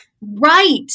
Right